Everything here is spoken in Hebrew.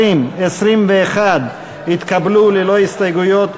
20 ו-21 התקבלו ללא הסתייגויות,